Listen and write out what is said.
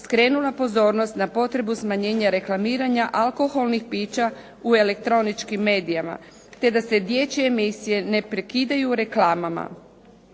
skrenula pozornost na potrebu smanjenja reklamiranja alkoholnih pića u elektroničkim medijima, te da se dječje emisije ne prekidaju reklamama.